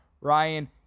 Ryan